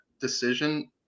decision